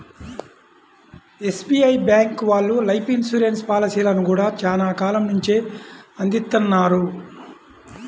SBI bank వాళ్ళు life insurance పాలసీలను గూడా చానా కాలం నుంచే అందిత్తన్నారు